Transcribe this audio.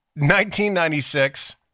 1996